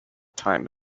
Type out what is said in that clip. time